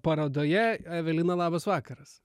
parodoje evelina labas vakaras